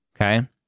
Okay